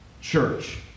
church